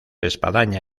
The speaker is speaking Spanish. espadaña